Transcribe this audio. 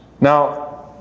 Now